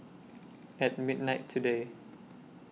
At midnight today